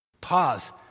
Pause